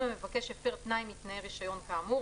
אם המבקש הפר תנאי מתנאי רישיון כאמור,